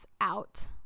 out